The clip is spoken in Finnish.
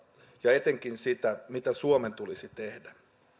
ja etenkin mitä suomen tulisi tehdä